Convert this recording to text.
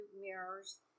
mirrors